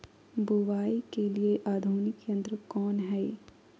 बुवाई के लिए आधुनिक यंत्र कौन हैय?